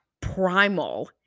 primal